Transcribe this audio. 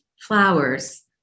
flowers